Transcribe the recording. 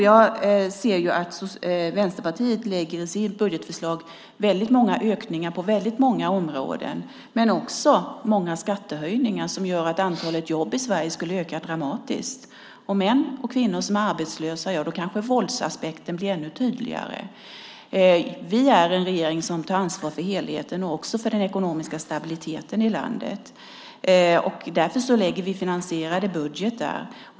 Jag ser att Vänsterpartiet i sitt budgetförslag lägger många ökningar på många områden, men också många skattehöjningar som gör att antalet jobb i Sverige skulle minska dramatiskt. Med män och kvinnor som är arbetslösa blir kanske våldsaspekten ännu tydligare. Vi är en regering som tar ansvar för helheten och även för den ekonomiska stabiliteten i landet. Därför lägger vi fram finansierade budgetar.